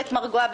בית מרגוע,